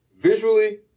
visually